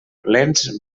lents